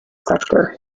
sector